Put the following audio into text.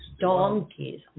Donkeys